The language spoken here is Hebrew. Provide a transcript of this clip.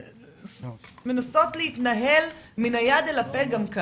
ככה מנסות להתנהל מהיד אל הפה.